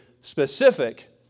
specific